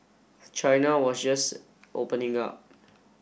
China was just opening up